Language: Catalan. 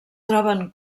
troben